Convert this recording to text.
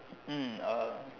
mm uh